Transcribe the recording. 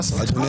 כי